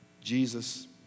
Jesus